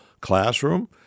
classroom